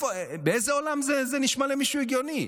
באיזה עולם זה נשמע למישהו הגיוני?